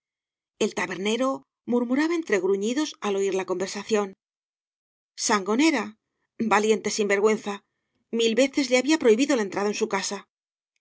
ei tabernero murmuraba entre gruñidos al oir la conversación sangonera valiente sinver güenza mil veces le habia prohibido la entrada en su easat